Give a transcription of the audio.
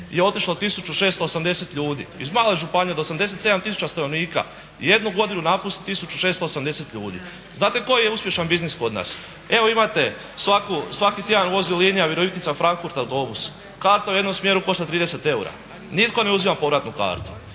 je otišlo 1680 ljudi, iz male županije od 87 000 stanovnika jednu godinu napusti 1680 ljudi. Znate koji je uspješan biznis kod nas? Evo imate svaki tjedan vozi linija Virovitica-Frankfurt autobus. Karta u jednom smjeru košta 30 eura, nitko ne uzima povratnu kartu.